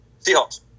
Seahawks